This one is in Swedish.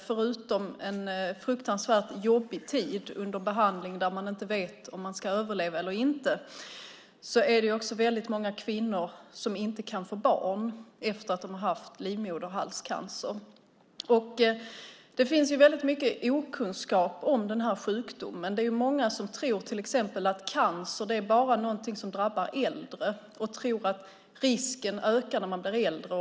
Förutom att det är en fruktansvärt jobbig tid under behandling då man inte vet om man ska överleva eller inte är det väldigt många kvinnor som inte kan få barn efter att de har haft livmoderhalscancer. Det finns väldigt mycket okunskap om den här sjukdomen. Det är många som till exempel tror att cancer bara är någonting som drabbar äldre. De tror att risken ökar när man blir äldre.